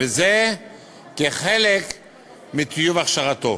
וזה כחלק מטיוב הכשרתו.